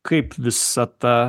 kaip visa ta